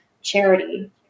charity